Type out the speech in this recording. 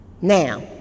Now